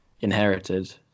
inherited